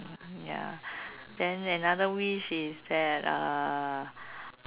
ya then another wish is that uh